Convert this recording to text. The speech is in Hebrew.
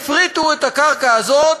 וכשהפריטו את הקרקע הזאת,